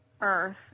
earth